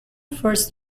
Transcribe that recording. first